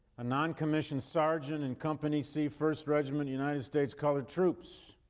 a non-commissioned sergeant in company c, first regiment, united states colored troops.